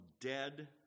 dead